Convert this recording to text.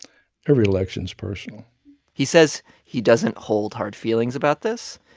every election's personal he says he doesn't hold hard feelings about this,